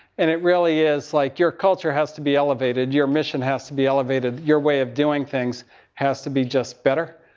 and it really is, like, your culture has to be elevated. your mission to be elevated. your way of doing things has to be just better.